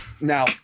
now